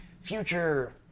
future